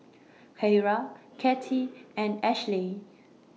Keira Cathey and Ashleigh